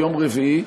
ביום רביעי,